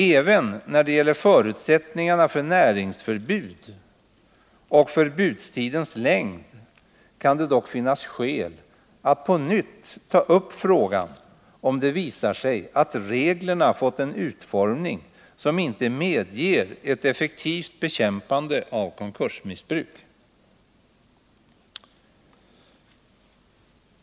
Även när det gäller förutsättningarna för näringsförbud och förbudstidens längd kan det dock finnas skäl att på nytt ta upp frågan, om det visar sig att reglerna fått en utformning som inte medger ett effektivt bekämpande av konkursmissbruk.